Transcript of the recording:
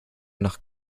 nach